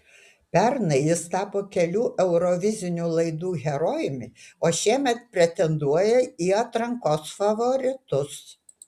pernai jis tapo kelių eurovizinių laidų herojumi o šiemet pretenduoja į atrankos favoritus